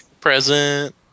present